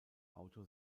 autor